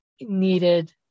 needed